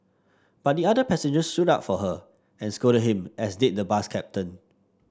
but the other passengers stood up for her and scolded him as did the bus captain